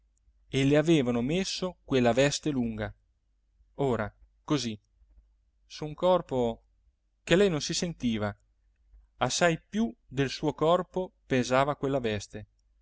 e le avevano messo quella veste lunga ora così su un corpo che lei non si sentiva assai più del suo corpo pesava quella veste